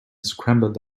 scrambled